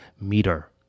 meter